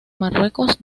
marruecos